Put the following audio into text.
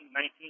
19